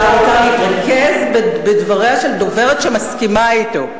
מפריע לשר האוצר להתרכז בדבריה של דוברת שמסכימה אתו,